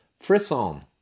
frisson